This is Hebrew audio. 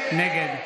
נגד נגד.